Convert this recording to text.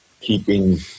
keeping